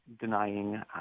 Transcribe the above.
denying